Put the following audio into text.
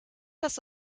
das